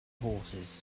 horses